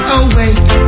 awake